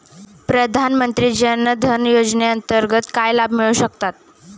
प्रधानमंत्री जनधन योजनेअंतर्गत काय लाभ मिळू शकतात?